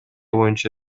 боюнча